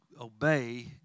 obey